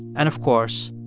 and, of course,